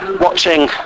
watching